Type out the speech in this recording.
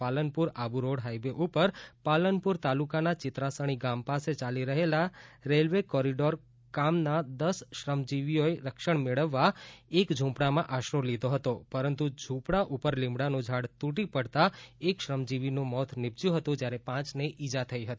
Palanpur Abu Road highway ઉપર પાલનપુર તાલુકાના ચિત્રાસણી ગામ પાસે ચાલી રહેલા રેલવે કોરીડોર કામના દસ શ્રમજીવીઓએ રક્ષણ મેળવવા એક ઝૂંપડામાં આશરો લીધો હતો પરંતુ ઝૂંપડા ઉપર લીમડાનું ઝાડ તૂટી પડતાં એક શ્રમજીવીનું મોત નીપજ્યું હતું જ્યારે પાંચને ઈજા થઈ હતી